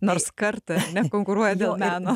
nors kartą ar ne konkuruoja dėl meno